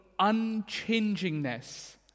unchangingness